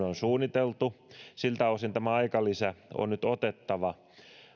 on suunniteltu siltä osin tämä aikalisä on nyt otettava